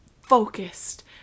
focused